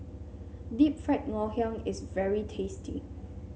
Deep Fried Ngoh Hiang is very tasty